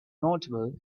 notable